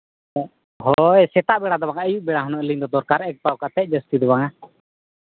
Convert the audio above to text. ᱦᱳᱭ ᱥᱮᱛᱟᱜ ᱵᱮᱲᱟ ᱫᱚ ᱵᱟᱝᱟ ᱟᱹᱭᱩᱵ ᱵᱮᱲᱟ ᱦᱩᱱᱟᱹᱝ ᱟᱹᱞᱤᱧ ᱫᱚ ᱫᱚᱨᱠᱟᱨᱚᱜᱼᱟ ᱮᱹᱠ ᱯᱚᱣᱟ ᱠᱟᱛᱮ ᱡᱟᱹᱥᱛᱤ ᱫᱚ ᱵᱟᱝᱼᱟ